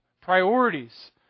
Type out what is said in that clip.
priorities